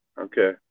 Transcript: Okay